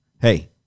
Hey